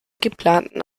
geplanten